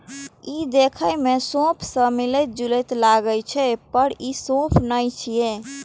ई देखै मे सौंफ सं मिलैत जुलैत लागै छै, पर ई सौंफ नै छियै